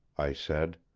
i said.